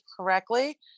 correctly